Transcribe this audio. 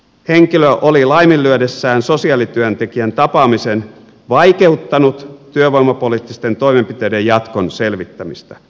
henkilö oli laiminlyödessään sosiaalityöntekijän tapaamisen vaikeuttanut työvoimapoliittisten toimenpiteiden jatkon selvittämistä